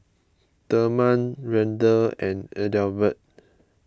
therman Randell and Adelbert